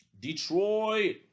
Detroit